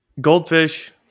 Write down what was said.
Goldfish